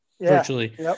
Virtually